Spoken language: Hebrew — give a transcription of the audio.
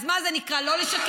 אז מה זה נקרא, לא לשקר?